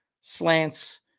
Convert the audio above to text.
slants